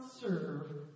serve